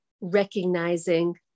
recognizing